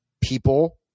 people